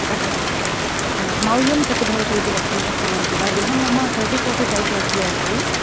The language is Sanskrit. अतः मौल्यं कति भवति इति वक्तुं शक्नुवन्ति वा गृहं मम तर्टि फो़र्टि सैट् मध्ये अस्ति